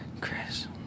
Chris